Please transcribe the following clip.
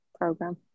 program